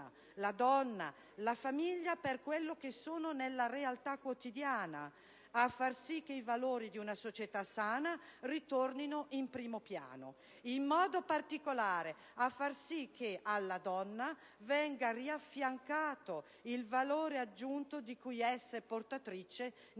la donna e la famiglia per quello che sono nella realtà quotidiana, in modo tale che i valori di una società sana ritornino in primo piano e, in modo particolare, che alla donna venga riaffiancato il valore aggiunto di cui essa è portatrice nella